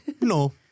No